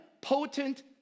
potent